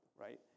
right